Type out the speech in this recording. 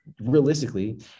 realistically